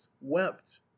wept